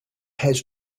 has